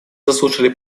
заслушали